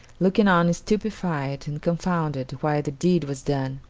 looking on stupefied and confounded while the deed was done,